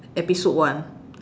episode one